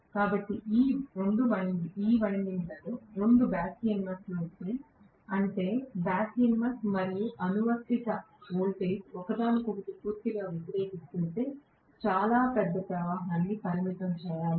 కాబట్టి ఈ వైండింగ్లలో రెండు బ్యాక్ EMF లు ఉంటే అంటే బ్యాక్ EMF మరియు అనువర్తిత వోల్టేజ్ ఒకదానికొకటి పూర్తిగా వ్యతిరేకిస్తుంటే చాలా పెద్ద ప్రవాహాన్ని పరిమితం చేయాలి